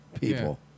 people